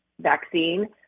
vaccine